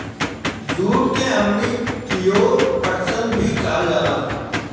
जुट के हमनी कियोर पटसन भी कहल जाला